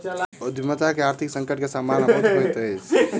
उद्यमिता में आर्थिक संकट के सम्भावना बहुत होइत अछि